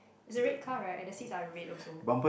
it's a red car right and the seats are red also